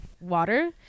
water